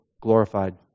glorified